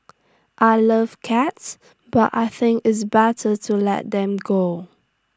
I love cats but I think it's better to let them go